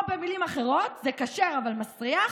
או במילים אחרות: זה כשר אבל מסריח,